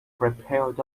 prepared